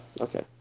okay